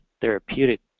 therapeutic